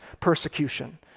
persecution